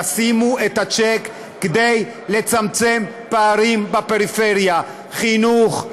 תשימו את הצ'ק כדי לצמצם פערים בפריפריה: חינוך,